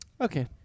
Okay